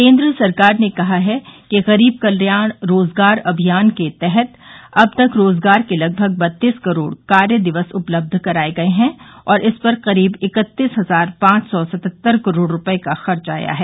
केंद्र सरकार ने कहा है कि गरीब कल्याण रोजगार अभियान के तहत अब तक रोजगार के लगभग बत्तीस करोड़ कार्य दिवस उपलब्ध कराए गए हैं और इस पर करीब इकत्तीस हजार पांच सौ सतहत्तर करोड़ रुपये का खर्च आया है